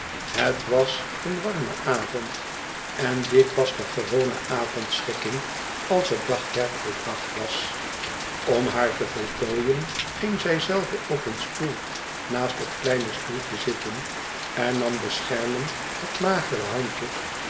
het was een warme avond en dit was de gewone avondschikking als het dagwerk volbracht was om haar te voltooien ging zij zelve op een stoel naast het kleine stoeltje zitten en nam beschermend het magere handje